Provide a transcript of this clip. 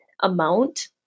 amount